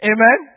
Amen